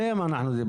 רק עליהם דיברנו.